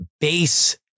base